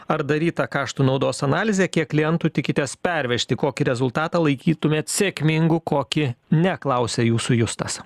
ar daryta kaštų naudos analizė kiek klientų tikitės pervežti kokį rezultatą laikytumėt sėkmingu kokį ne klausia jūsų justas